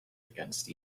against